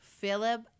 Philip